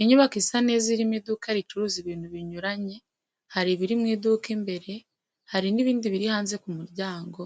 Inyubako isa neza irimo iduka ricuruza ibintu binyuranye hari ibiri MU iduka imbere hari n'ibindi biri hanze ku muryango,